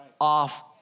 off